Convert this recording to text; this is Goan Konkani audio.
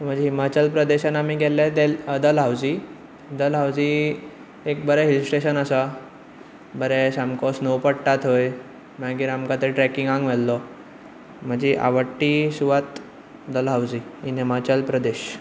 म्हणजे हिमाचल प्रदेशान आमी गेल्या देल दल हांवजी दला हांवजी एक बरें हिल स्टेशन आसा बरें सामको स्नो पडटा थंय मागीर आमकां थंय ट्रैकिंगाक व्हेल्लो म्हजी आवडटी सुवात दल हांवजी इन हिमाचल प्रदेश